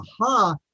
aha